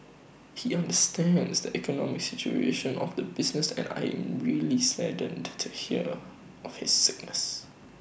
he understands the economic situation of the businesses and I'm really saddened to hear of his sickness